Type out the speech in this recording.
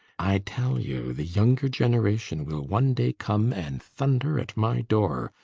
i tell you the younger generation will one day come and thunder at my door!